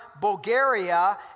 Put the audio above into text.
Bulgaria